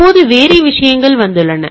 இப்போது வேறு விஷயங்கள் வந்துள்ளன